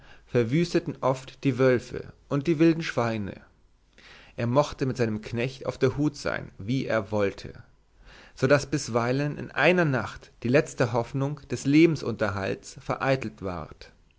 verwüsteten oft die wölfe und die wilden schweine er mochte mit seinem knecht auf der hut sein wie er wollte so daß bisweilen in einer nacht die letzte hoffnung des lebensunterhalts vereitelt ward